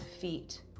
feet